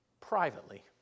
Privately